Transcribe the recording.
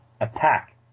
attack